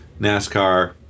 nascar